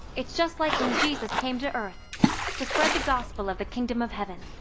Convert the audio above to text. it's just like when jesus came to earth to spread the gospel of the kingdom of heaven.